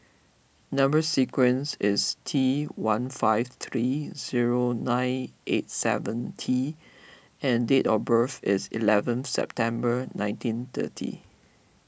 Number Sequence is T one five three zero nine eight seven T and date of birth is eleven September nineteen thirty